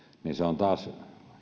niin se on taas